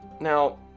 now